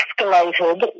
escalated